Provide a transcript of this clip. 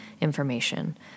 information